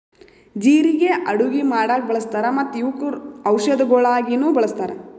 ಜೀರಿಗೆ ಅಡುಗಿ ಮಾಡಾಗ್ ಬಳ್ಸತಾರ್ ಮತ್ತ ಇವುಕ್ ಔಷದಿಗೊಳಾಗಿನು ಬಳಸ್ತಾರ್